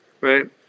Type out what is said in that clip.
right